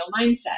mindset